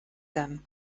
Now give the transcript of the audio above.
them